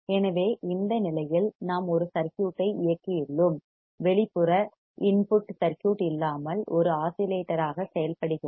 எனவே இந்த நிலையில் நாம் ஒரு சர்க்யூட் ஐ இயக்கியுள்ளோம் வெளிப்புற எக்ஸ்ட்டேர்னல் இன்புட் சர்க்யூட் இல்லாமல் ஒரு ஆஸிலேட்டராக செயல்படுகிறது